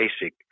basic